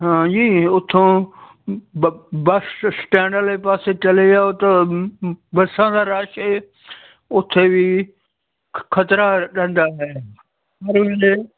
ਹਾਂ ਜੀ ਉੱਥੋਂ ਬੱਸ ਸਟੈਂਡ ਵਾਲੇ ਪਾਸੇ ਚਲੇ ਜਾਓ ਤਾਂ ਬੱਸਾਂ ਦਾ ਰਸ਼ ਇਹ ਉੱਥੇ ਵੀ ਖਤਰਾ ਰਹਿੰਦਾ ਹੈ ਹਰ ਵੇਲੇ